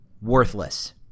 worthless